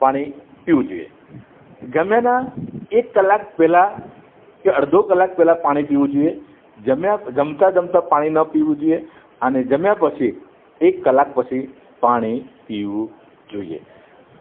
પાણી પીવું જોઈએ જમ્યાના એક કલાક પહેલાં કે અડધો કલાક પહેલાં પાણી પીવું જોઈએ જમ્યા જમતાં જમતાં પાણી ન પીવું જોઈએ અને જમ્યા પછી એક કલાક પછી પાણી પીવું જોઈએ